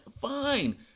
Fine